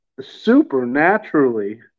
supernaturally